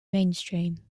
mainstream